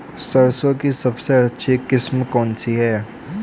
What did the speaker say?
सरसों की सबसे अच्छी किस्म कौन सी है?